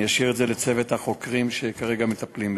אשאיר לצוות החוקרים שמטפלים בזה.